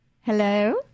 Hello